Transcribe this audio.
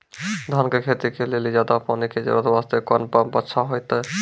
धान के खेती के लेली ज्यादा पानी के जरूरत वास्ते कोंन पम्प अच्छा होइते?